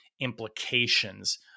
implications